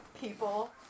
people